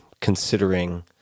considering